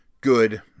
Good